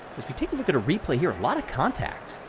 as we take a look at a replay here, a lot of contact.